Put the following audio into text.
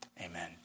Amen